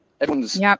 everyone's